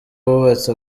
bubatse